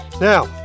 Now